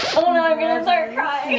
oh no i'm gonna start